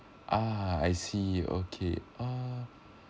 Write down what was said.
ah I see okay uh